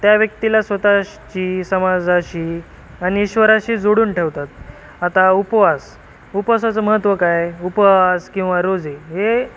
त्या व्यक्तीला स्वतःची समाजाशी आणि ईश्वराशी जोडून ठेवतात आता उपवास उपवासाचं महत्त्व काय आहे उपवास किंवा रोजे हे